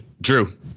drew